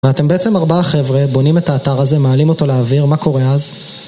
ואתם בעצם ארבעה חבר'ה בונים את האתר הזה, מעלים אותו לאוויר, מה קורה אז?